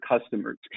customers